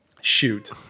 Shoot